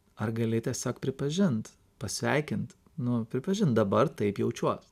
ar gali tiesiog pripažint pasveikint nu pripažint dabar taip jaučiuos